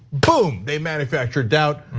boom, they manufacture doubt.